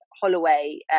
Holloway